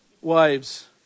Wives